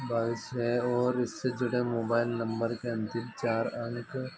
बाइस है और इससे जुड़े मोबाइल नम्बर के अंतिम चार अंक